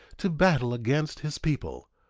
to battle against his people.